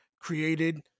created